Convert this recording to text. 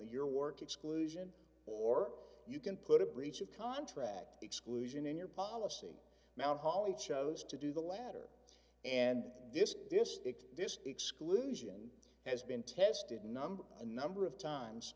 the your work exclusion or you can put a breach of contract exclusion in your policy mount holly chose to do the latter and this this ringback this exclusion has been tested number and number of times